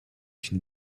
une